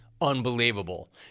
unbelievable